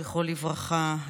זכרו לברכה.